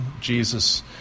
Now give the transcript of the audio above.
Jesus